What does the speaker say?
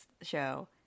show